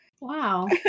Wow